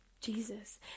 Jesus